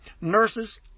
nurse's